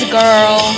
girl